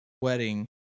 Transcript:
wedding